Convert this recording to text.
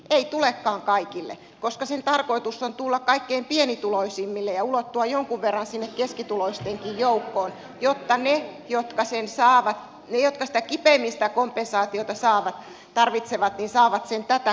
ei tulekaan kaikille koska sen tarkoitus on tulla kaikkein pienituloisimmille ja ulottua jonkun verran sinne keskituloistenkin joukkoon jotta ne jotka sen saavat ne jotka kipeimmin sitä kompensaatiota tarvitsevat saavat sen tätä kautta